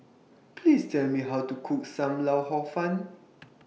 Please Tell Me How to Cook SAM Lau Hor Fun